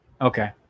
Okay